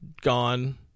gone